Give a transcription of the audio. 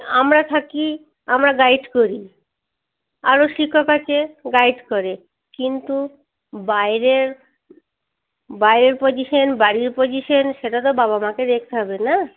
আমরা থাকি আমরা গাইড করি আরও শিক্ষক আছে গাইড করে কিন্তু বাইরের বাইরের পজিশন বাড়ির পজিশন সেটা তো বাবা মাকে দেখতে হবে না